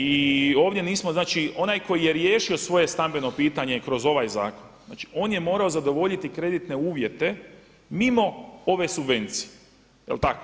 I ovdje nismo, znači onaj koji je riješio svoje stambeno pitanje kroz ovaj zakon, znači on je morao zadovoljiti kreditne uvjete mimo ove subvencije, je li tako?